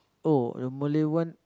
oh the Malay one